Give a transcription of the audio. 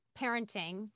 parenting